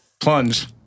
Plunge